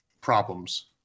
problems